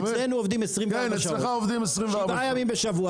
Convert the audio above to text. אצלנו עובדים 24 שעות, שבעה ימים בשבוע.